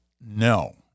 no